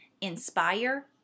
inspire